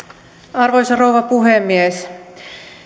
arvoisa rouva puhemies